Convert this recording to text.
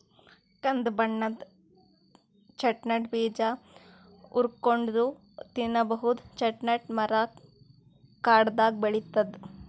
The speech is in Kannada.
ಕಂದ್ ಬಣ್ಣದ್ ಚೆಸ್ಟ್ನಟ್ ಬೀಜ ಹುರ್ಕೊಂನ್ಡ್ ತಿನ್ನಬಹುದ್ ಚೆಸ್ಟ್ನಟ್ ಮರಾ ಕಾಡ್ನಾಗ್ ಬೆಳಿತದ್